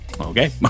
Okay